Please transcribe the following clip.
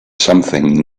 something